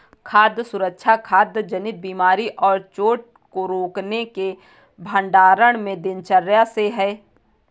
खाद्य सुरक्षा खाद्य जनित बीमारी और चोट को रोकने के भंडारण में दिनचर्या से है